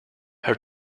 her